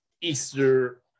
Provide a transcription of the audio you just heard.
Easter